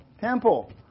temple